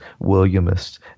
Williamists